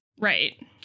Right